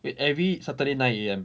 wait every saturday nine A_M ah